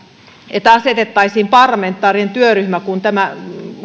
että asetettaisiin parlamentaarinen työryhmä kun tämä